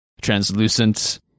translucent